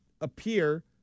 appear